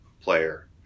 player